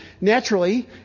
naturally